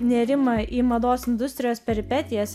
nėrimą į mados industrijos peripetijas